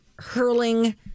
Hurling